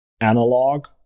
analog